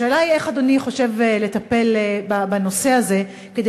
השאלה היא: איך אדוני חושב לטפל בנושא הזה כדי